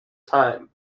time